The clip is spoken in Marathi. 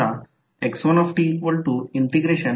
L1 self inductance of coil 1 आणि म्युच्युअल इंडक्टन्स M आहे